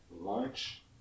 lunch